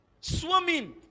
swimming